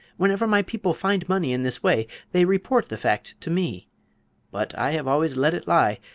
whenever my people find money in this way they report the fact to me but i have always let it lie,